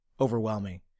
overwhelming